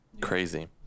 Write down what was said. Crazy